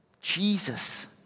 Jesus